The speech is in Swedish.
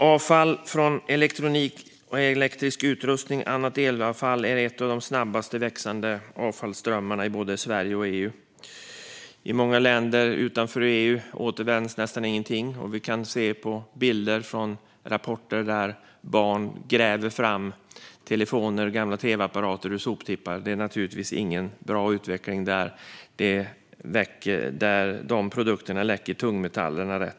Avfall från elektronisk utrustning och annat elavfall är en av de snabbast växande avfallsströmmarna i både Sverige och EU. I många länder utanför EU återvinns nästan ingenting. I rapporter vi får kan vi se bilder på hur barn gräver fram telefoner och gamla tv-apparater ur soptippar. Detta är naturligtvis ingen bra utveckling. Dessa produkter läcker tungmetaller rakt ut.